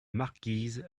marquise